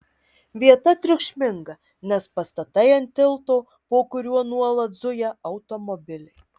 vieta triukšminga nes pastatai ant tilto po kuriuo nuolat zuja automobiliai